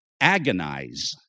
agonize